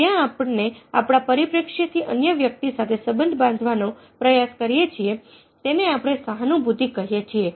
જ્યાં આપણને આપણા પરિપ્રેક્ષ્યથી અન્ય વ્યક્તિ સાથે સંબંધ બાંધવાનો પ્રયાસ કરીએ છીએ તેને આપણે સહાનુભૂતિ કહીએ છીએ